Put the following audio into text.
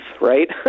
right